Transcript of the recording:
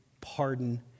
pardon